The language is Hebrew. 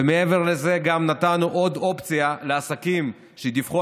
ומעבר לזה נתנו עוד אופציה לעסקים שדיווחו